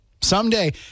Someday